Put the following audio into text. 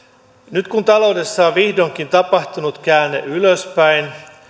nyt kun taloudessa on vihdoinkin tapahtunut käänne ylöspäin